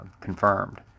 confirmed